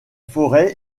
forêts